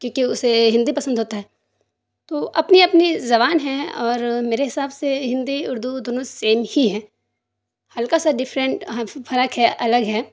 کیونکہ اسے ہندی پسند ہوتا ہے تو اپنی اپنی زبان ہے اور میرے حساب سے ہندی اردو دونوں سیم ہی ہیں ہلکا سا ڈفرینٹ فرق ہے الگ ہے